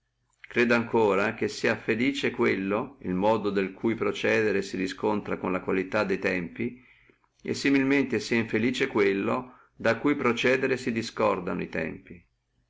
credo ancora che sia felice quello che riscontra el modo del procedere suo con le qualità de tempi e similmente sia infelice quello che con il procedere suo si discordano e tempi